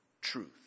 truth